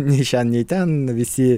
nei šen nei ten visi